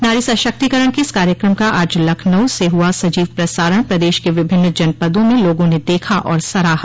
नारी सशक्तिकरण के इस कार्यक्रम का आज लखनऊ से हुआ सजीव प्रसारण प्रदेश के विभिन्न जनपदों में लोगों ने देखा और सराहा